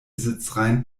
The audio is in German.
sitzreihen